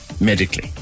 Medically